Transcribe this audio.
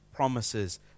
promises